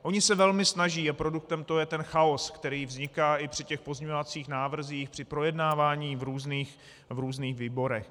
Oni se velmi snaží a produktem toho je ten chaos, který vzniká i při těch pozměňovacích návrzích, při projednávání v různých výborech.